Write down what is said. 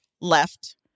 left